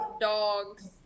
dogs